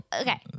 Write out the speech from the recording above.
okay